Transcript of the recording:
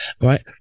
right